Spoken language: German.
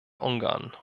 ungarn